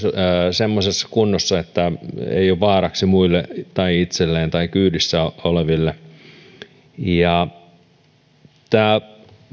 semmoisessa kunnossa että ei ole vaaraksi muille itselleen tai kyydissä oleville tämä